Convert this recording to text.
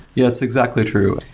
yeah. it's exactly true.